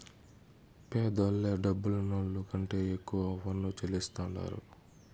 పేదోల్లే డబ్బులున్నోళ్ల కంటే ఎక్కువ పన్ను చెల్లిస్తాండారు